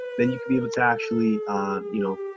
then you can be able to actually you know,